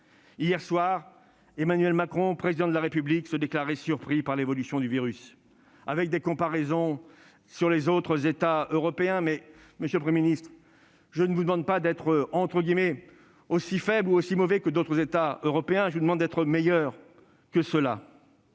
Hier soir, Emmanuel Macron, Président de la République, se déclarait « surpris par l'évolution du virus », présentant des comparaisons avec les autres États européens. Monsieur le Premier ministre, je ne vous demande pas d'être « aussi faible » ou « aussi mauvais » que d'autres États européens, je vous demande d'être meilleur ! Nous